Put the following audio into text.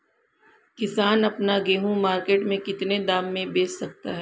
किसान अपना गेहूँ मार्केट में कितने दाम में बेच सकता है?